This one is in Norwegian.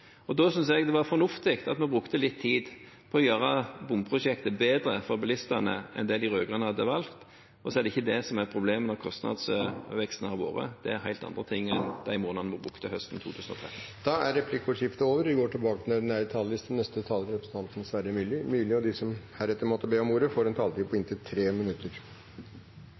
Da synes jeg det er fornuftig at vi brukte litt tid på å gjøre bomprosjektet bedre for bilistene enn det de rød-grønne hadde valgt, og så er det ikke det som er problemet, slik kostnadsveksten har vært. Det er helt andre ting enn de månedene vi brukte høsten 2013. Replikkordskiftet er over. De talere som heretter får ordet, har en taletid på inntil 3 minutter. Jeg tror kanskje dette blir litt reprise på en debatt som har vært mellom meg og Johnsen tidligere, angående bompenger på